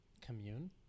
commune